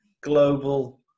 global